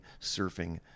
surfing